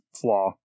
flaw